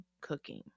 cooking